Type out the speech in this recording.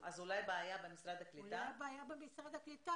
אנשים שהשתתפו במלחמה הזאת,